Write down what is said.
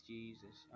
Jesus